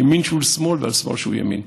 על ימין שהוא שמאל ועל שמאל שהוא ימין.